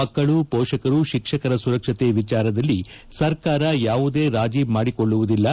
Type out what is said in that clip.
ಮಕ್ಕಳು ಪೋಷಕರು ಶಿಕ್ಷಕರ ಸುರಕ್ಷತೆ ವಿಚಾರದಲ್ಲಿ ಸರ್ಕಾರ ಯಾವುದೇ ರಾಜಿ ಮಾಡಿಕೊಳ್ಳುವುದಿಲ್ಲ